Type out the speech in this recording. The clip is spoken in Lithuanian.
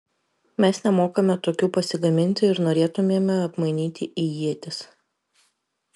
mes nemokame tokių pasigaminti ir norėtumėme apmainyti į ietis